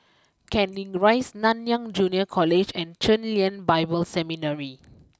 Canning Rise Nanyang Junior College and Chen Lien Bible Seminary